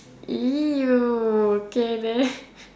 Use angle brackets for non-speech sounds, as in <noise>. !eww! okay then <laughs>